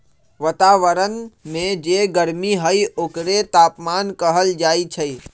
वतावरन में जे गरमी हई ओकरे तापमान कहल जाई छई